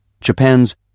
Japan's